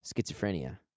schizophrenia